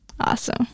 Awesome